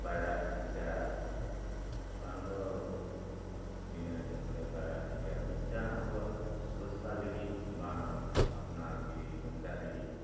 ᱯᱟᱭᱨᱟᱜ ᱴᱷᱤᱠᱟ ᱵᱟᱝᱫᱚ ᱵᱤᱱᱟᱹ ᱡᱚᱢᱛᱮ ᱯᱟᱭᱨᱟᱜ ᱴᱷᱤᱠᱟ ᱢᱤᱫᱴᱟᱝ ᱟᱵᱚᱣᱟᱜ ᱥᱩᱨᱚᱠᱽᱠᱷᱟ ᱞᱟᱹᱜᱤᱫ ᱵᱟᱝ ᱟᱯᱱᱟᱨ ᱡᱤᱣᱤ ᱵᱟᱧᱪᱟᱜ ᱞᱟᱹᱜᱤᱫ